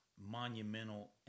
monumental